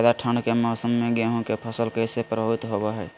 ज्यादा ठंड के मौसम में गेहूं के फसल कैसे प्रभावित होबो हय?